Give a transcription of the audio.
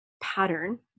pattern